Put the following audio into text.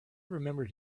remembered